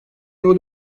rol